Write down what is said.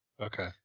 Okay